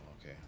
okay